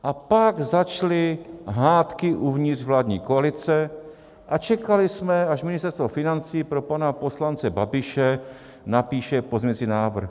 A pak začaly hádky uvnitř vládní koalice a čekali jsme, až Ministerstvo financí pro pana poslance Babiše napíše pozměňovací návrh.